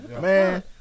Man